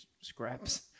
scraps